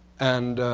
and